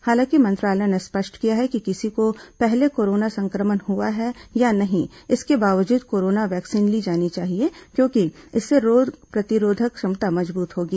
हालांकि मंत्रालय ने स्पष्ट किया कि किसी को पहले कोरोना संक्रमण हुआ है या नहीं इसके बावजूद कोरोना वैक्सीन ली जानी चाहिए क्योंकि इससे रोग प्रतिरोधक क्षमता मजबूत होगी